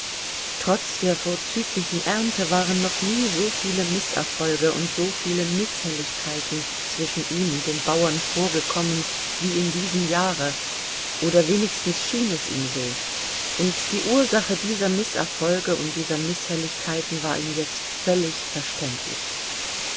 trotz der vorzüglichen ernte waren noch nie so viele mißerfolge und so viele mißhelligkeiten zwischen ihm und den bauern vorgekommen wie in diesem jahre oder wenigstens schien es ihm so und die ursache dieser mißerfolge und dieser mißhelligkeiten war ihm jetzt völlig verständlich